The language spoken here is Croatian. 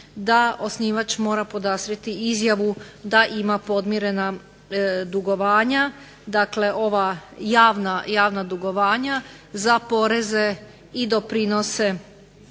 da osnivač mora podastrijeti izjavu da ima podmirena dugovanja. Dakle, ova javna dugovanja za poreze i doprinose